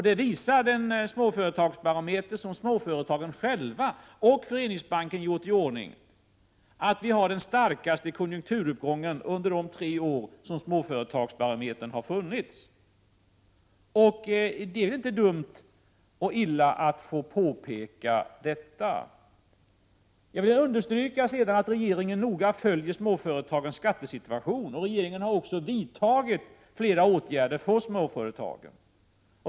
Den småföretagsbarometer som småföretagen själva tillsammans med Föreningsbanken gjort i ordning visar att vi nu har den starkaste konjunkturuppgången under de tre år som småföretagsbarometern har funnits. Det är inte så dumt att få påpeka detta. Jag vill understryka att regeringen noga följer småföretagarnas skattesituation. Regeringen har också vidtagit flera åtgärder för småföretagen.